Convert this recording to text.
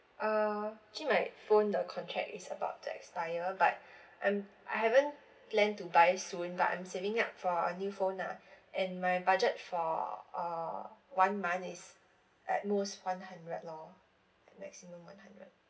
uh actually my phone the contract is about to expire but I'm I haven't plan to buy soon but I'm saving up for a new phone ah and my budget for uh one month is at most one hundred lor at maximum one hundred